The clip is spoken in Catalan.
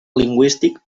lingüístic